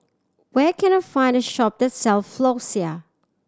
where can I find a shop that sell Floxia